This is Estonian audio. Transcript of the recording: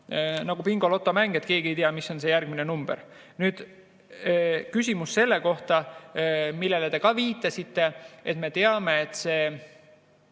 Nagu Bingo loto mäng – keegi ei tea, mis on järgmine number. Nüüd, küsimus selle kohta, millele te samuti viitasite. Me teame, et see